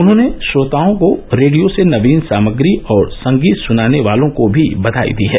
उन्होंने श्रोताओं को रेडियो से नवीन सामग्री और संगीत सुनाने वालों को भी बघाई दी है